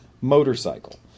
motorcycle